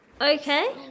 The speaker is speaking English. Okay